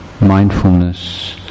mindfulness